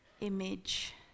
image